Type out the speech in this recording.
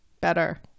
better